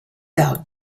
out